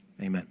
Amen